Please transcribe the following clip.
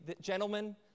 gentlemen